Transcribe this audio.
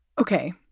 Okay